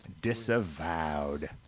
Disavowed